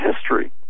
history